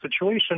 situation